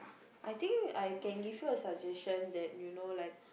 I think I can give you a suggestion that you know like